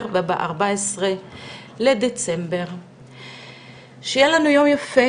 2021 וב-14 בדצמבר 2021. שיהיה לנו יום יפה,